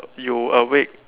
you awake